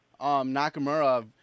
Nakamura